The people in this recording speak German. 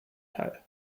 teil